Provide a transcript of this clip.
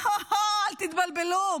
לא, אל תתבלבלו.